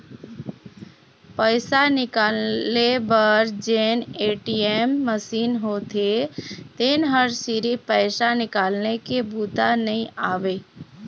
पइसा निकाले बर जेन ए.टी.एम मसीन होथे तेन ह सिरिफ पइसा निकाले के बूता नइ आवय